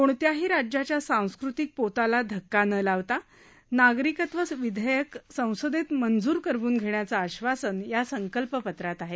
कोणत्याही राज्याच्या सांस्कृतिक पोताला धक्का न लावता नागरिकत्व विधेयक संसदेत मंजूर करवून घेण्याचं आश्वासन या संकल्पपत्रात आहे